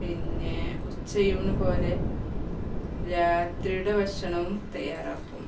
പിന്നെ ഉച്ചയൂണു പോലെ രാത്രിയുടെ ഭക്ഷണവും തയ്യാറാക്കും